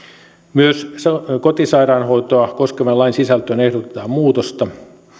myös lain kotisairaanhoitoa koskevaan sisältöön ehdotetaan muutosta